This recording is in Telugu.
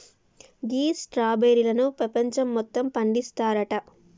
గీ స్ట్రాబెర్రీలను పెపంచం మొత్తం పండిస్తారంట